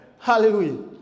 hallelujah